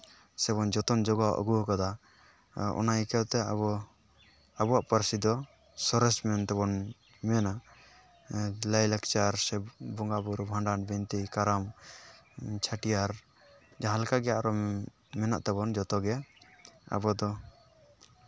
ᱥᱮᱵᱚᱱ ᱡᱚᱛᱚᱱ ᱡᱚᱜᱟᱣ ᱟᱹᱜᱩᱣ ᱠᱟᱫᱟ ᱚᱱᱟ ᱤᱠᱟᱹᱭᱛᱮ ᱟᱵᱚ ᱟᱵᱚᱣᱟᱜ ᱯᱟᱹᱨᱥᱤ ᱫᱚ ᱥᱚᱨᱮᱥ ᱢᱮᱱᱛᱮᱵᱚᱱ ᱢᱮᱱᱟ ᱞᱟᱭᱼᱞᱟᱠᱪᱟᱨ ᱥᱮ ᱵᱚᱸᱜᱟᱼᱵᱩᱨᱩ ᱵᱷᱟᱸᱰᱟᱱ ᱵᱤᱱᱛᱤ ᱠᱟᱨᱟᱢ ᱪᱷᱟᱹᱴᱭᱟᱹᱨ ᱡᱟᱦᱟᱸ ᱞᱮᱠᱟᱜᱮ ᱟᱨᱚ ᱢᱮᱱᱟᱜ ᱛᱟᱵᱚᱱ ᱡᱚᱛᱚᱜᱮ ᱟᱵᱚᱫᱚ